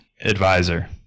advisor